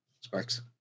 Sparks